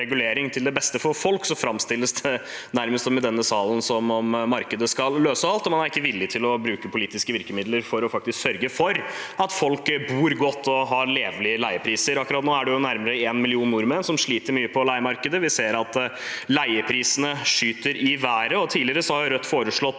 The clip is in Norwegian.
til det beste for folk, framstilles det i denne salen nærmest som at markedet skal løse alt, og man er ikke villig til å bruke politiske virkemidler for faktisk å sørge for at folk bor godt og har levelige leiepriser. Akkurat nå er det nærmere en million nordmenn som sliter mye på leiemarkedet. Vi ser at leieprisene skyter i været. Tidligere har Rødt foreslått